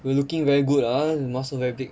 you looking very good ah the muscle very big